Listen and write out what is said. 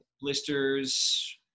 Blisters